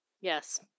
yes